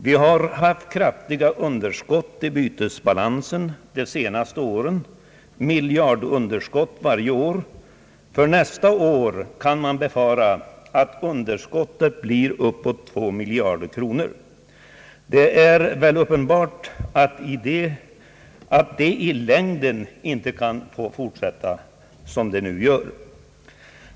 Vi har haft kraftiga underskott i bytesbalansen under de senaste åren — miljardunderskott varje år. För nästa år kan man befara att underskottet blir bortåt 2 miljarder kronor. Det är väl uppenbart att det i längden inte kan få fortsätta som det nu gör.